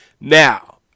Now